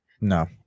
No